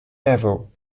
neville